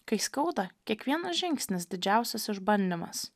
kai skauda kiekvienas žingsnis didžiausias išbandymas